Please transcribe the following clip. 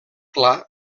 clar